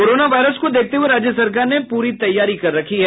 corona virus को देखते हुये राज्य सरकार ने पूरी तैयारी कर रखी है